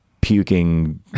puking